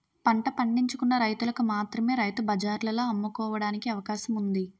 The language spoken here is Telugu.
పంట పండించుకున్న రైతులకు మాత్రమే రైతు బజార్లలో అమ్ముకోవడానికి అవకాశం ఉంది